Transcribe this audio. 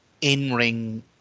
in-ring